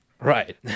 Right